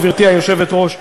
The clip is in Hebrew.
גברתי היושבת-ראש,